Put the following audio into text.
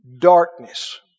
Darkness